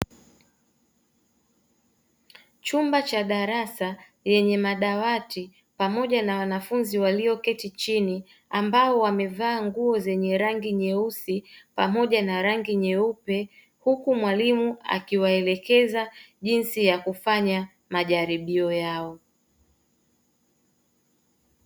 Chumba cha darasa lenye madawati pamoja na wanafunzi walioketi chini ambao wamevaa nguo zenye rangi nyeusi pamoja na rangi nyeupe huku mwalimu akiwaelekeza jinsi ya kufanya majaribio yao.